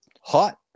hot